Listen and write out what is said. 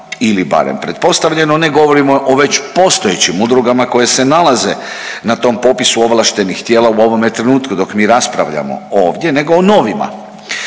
ili barem pretpostavljeno ne govorimo već o postojećim udrugama koje se nalaze na tom popisu ovlaštenih tijela u ovome trenutku dok mi raspravljamo ovdje nego o novima.